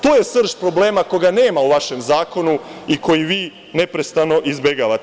To je srž problema koga nema u vašem zakonu i koji vi neprestano izbegavate.